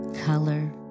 color